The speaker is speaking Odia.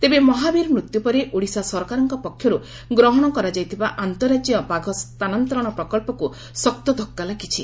ତେବେ ମହାବୀର ମୃତ୍ଧୁ ପରେ ଓଡ଼ିଶା ସରକାରଙ୍କ ପକ୍ଷର୍ ଗ୍ରହଶ କରାଯାଇଥିବା ଆନ୍ତ ସ୍ତାନାନ୍ତରଣ ପ୍ରକବ୍ବକୁ ଶକ୍ତ ଧକ୍ତା ଲାଗିଛି